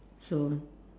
so